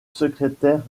secrétaire